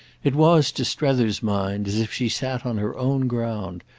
it was, to strether's mind, as if she sat on her own ground,